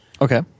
Okay